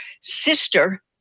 sister